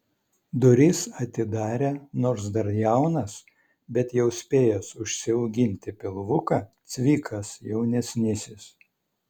duris atidarė nors dar jaunas bet jau spėjęs užsiauginti pilvuką cvikas jaunesnysis